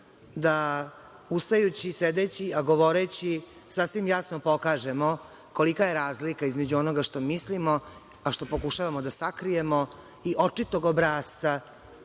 da ustajući, sedeći, a govoreći sasvim jasno pokažemo kolika je razlika između onoga što mislimo, a što pokušavamo da sakrijemo, i očitog obrasca